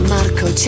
Marco